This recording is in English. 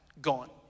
gone